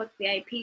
VIP